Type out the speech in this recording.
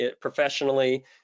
professionally